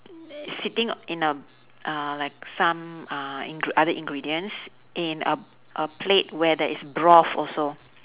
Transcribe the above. sitting in a uh like some uh ing~ other ingredients in a a plate where there is broth also